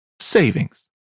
savings